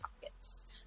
pockets